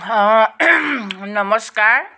অঁ নমস্কাৰ